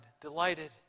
delighted